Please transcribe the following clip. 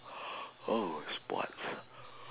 oh sports